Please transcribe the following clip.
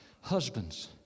husbands